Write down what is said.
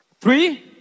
Three